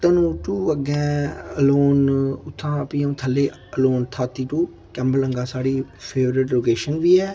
धनू टू अग्गें अलोन उत्थें फ्ही अ'ऊं थ'ल्लै अलोन थाती टू कैंवलंगा साढ़ी फेवरेट लोकेशन बी ऐ